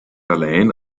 allein